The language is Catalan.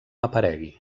aparegui